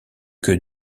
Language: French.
que